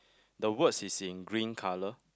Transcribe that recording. the words is in green colour